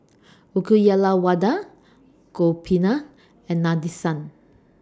Uyyalawada Gopinath and Nadesan